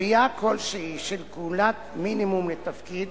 קביעה כלשהי של כהונת מינימום לתפקיד